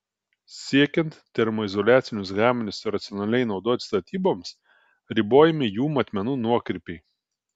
siekiant termoizoliacinius gaminius racionaliai naudoti statyboms ribojami jų matmenų nuokrypiai